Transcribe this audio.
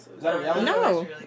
No